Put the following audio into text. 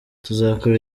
tuzakora